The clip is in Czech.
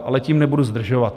Ale tím nebudu zdržovat.